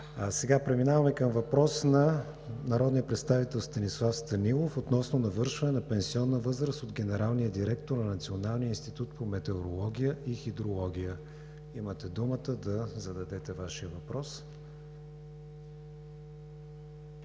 Преминаваме към въпроса на народния представител Станислав Станилов относно навършване на пенсионна възраст от генералния директор на Националния институт по метеорология и хидрология. Имате думата да зададете Вашия въпрос.